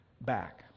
back